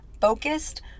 focused